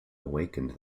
awakened